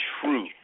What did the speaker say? true